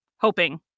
Hoping